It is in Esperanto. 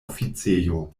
oficejo